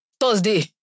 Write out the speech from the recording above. Thursday